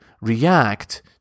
react